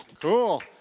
Cool